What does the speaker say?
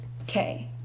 Okay